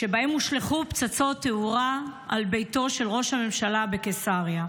שבהם הושלכו פצצות תאורה על ביתו של ראש הממשלה בקיסריה.